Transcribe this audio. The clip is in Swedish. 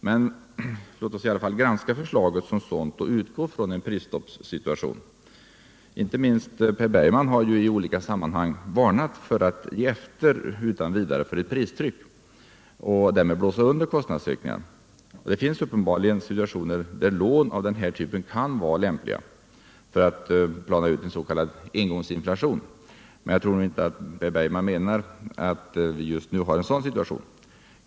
Men låt oss i alla fall granska förslaget som sådant och utgå från en prisstoppssituation. Inte minst Per Bergman har ju i olika sammanhang varnat för att ge efter utan vidare för ett pristryck och därmed blåsa under kostnadsökningarna. Det finns uppenbarligen situationer där lån av den här typen kan vara lämpliga för att plana ut en s.k. engångsinflation. Jag tror nu inte att Per Bergman menar att det just nu är en sådan situation.